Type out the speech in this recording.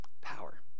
power